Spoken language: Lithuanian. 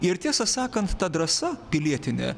ir tiesą sakant ta drąsa pilietinė